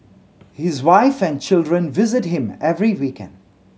his wife and children visit him every weekend